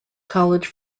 college